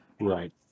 Right